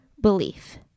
belief